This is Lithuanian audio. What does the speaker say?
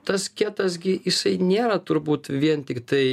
tas getas gi jisai nėra turbūt vien tiktai